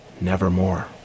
nevermore